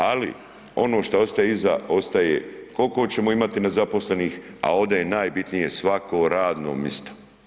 Ali, ono što ostaje iza ostaje kolko ćemo imati nezaposlenih, a ovdje je najbitnije svako radno misto.